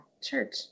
church